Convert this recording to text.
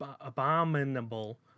Abominable